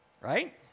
right